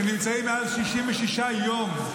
שנמצאים מעל 66 יום,